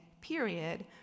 period